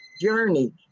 Journey